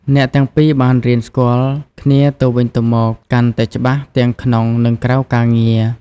អ្នកទាំងពីរបានរៀនស្គាល់គ្នាទៅវិញទៅមកកាន់តែច្បាស់ទាំងក្នុង និងក្រៅការងារ។